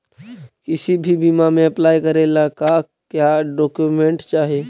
किसी भी बीमा में अप्लाई करे ला का क्या डॉक्यूमेंट चाही?